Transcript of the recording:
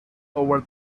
over